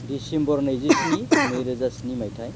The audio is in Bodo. डिसेम्बर नैजिस्नि नैरोजा स्नि मायथाय